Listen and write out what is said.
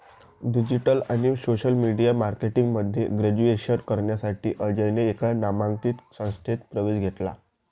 digital आणि social media marketing मध्ये graduation करण्यासाठी अजयने एका नामांकित संस्थेत प्रवेश घेतला